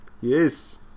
Yes